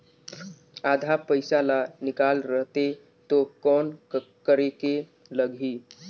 आधा पइसा ला निकाल रतें तो कौन करेके लगही?